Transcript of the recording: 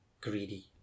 greedy